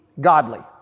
godly